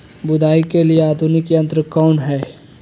बुवाई के लिए आधुनिक यंत्र कौन हैय?